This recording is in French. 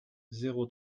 zéro